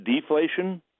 deflation